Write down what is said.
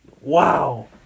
Wow